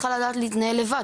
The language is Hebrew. צריכה ללמוד להתנהל לבד,